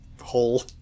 hole